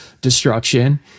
destruction